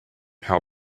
how